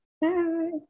Bye